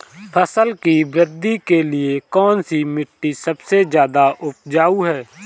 फसल की वृद्धि के लिए कौनसी मिट्टी सबसे ज्यादा उपजाऊ है?